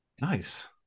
Nice